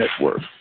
Network